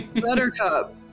Buttercup